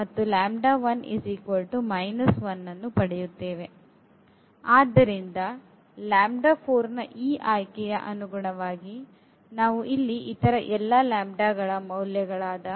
ಆದ್ದರಿಂದನ ಈ ಆಯ್ಕೆಯ ಅನುಗುಣವಾಗಿ ನಾವು ಇಲ್ಲಿ ಇತರ ಎಲ್ಲಾ ಲ್ಯಾಂಬ್ಡಾಗಳ ಮೌಲ್ಯಗಳಾದ